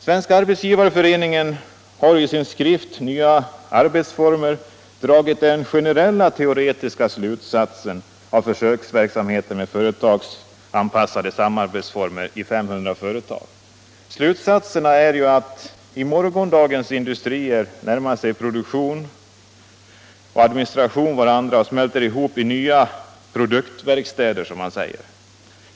Svenska arbetsgivareföreningen har i sin skrift Nya arbetsformer dragit den generella teoretiska slutsatsen av försöksverksamheten med företagsanpassade samarbetsformer i 500 företag. Slutsatserna är att i morgondagens industrier produktion och administration närmar sig varandra och smälter ihop i nya ”produktverkstäder”, som man säger.